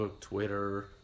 Twitter